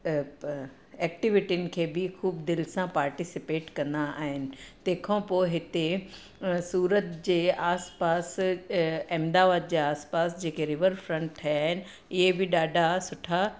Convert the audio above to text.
एक्टिविटियुनि खे बि ख़ूब दिलि सां पार्टिसिपेट कंदा आहिनि तंहिंखां पोइ हिते सूरत जे आसिपासि अहमदाबाद जे आसिपासि जेके रिवर फ्रंट ठहिया इहे बि ॾाढा सुठा